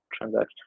transaction